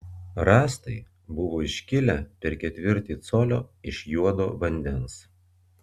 rąstai buvo iškilę per ketvirtį colio iš juodo vandens